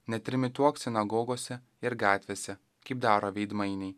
netrimituok sinagogose ir gatvėse kaip daro veidmainiai